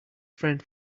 friend